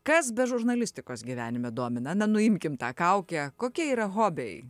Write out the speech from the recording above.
kas be žurnalistikos gyvenime domina na nuimkim tą kaukę kokie yra hobiai